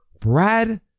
brad